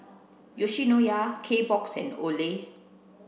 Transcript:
Yoshinoya Kbox and Olay